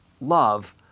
love